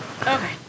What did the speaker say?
Okay